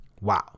Wow